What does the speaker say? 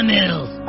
Mills